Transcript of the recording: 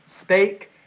spake